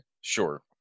sure